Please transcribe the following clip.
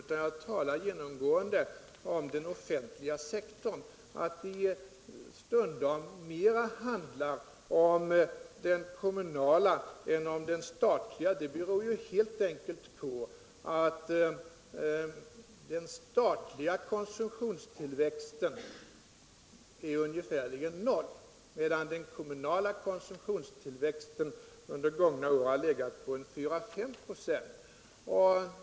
Jag talar genomgående om den offentliga sektorn. Att det stundom mer handlar om den kommunala sektorn än om den statliga beror helt enkelt på att den statliga konsumtionstillväxten ligger på ungefär noll, medan den kommunala under de gångna åren legat på 4-5 96.